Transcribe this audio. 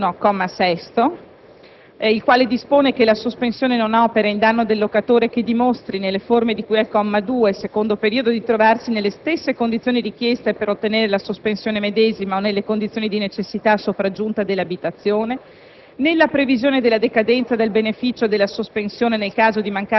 in particolare si rileva nella previsione di cui all'articolo 1, comma 6, il quale dispone che «la sospensione non opera in danno del locatore che dimostri, nelle forme di cui al comma 2, secondo periodo, di trovarsi nelle stesse condizioni richieste per ottenere la sospensione medesima o nelle condizioni di necessità